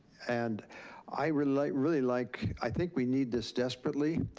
and i would like really like, i think we need this desperately.